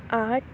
ਅੱਠ